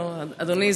לא, אדוני.